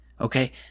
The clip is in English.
Okay